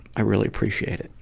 i really appreciate it.